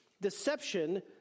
deception